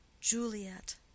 Juliet